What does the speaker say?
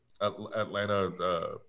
Atlanta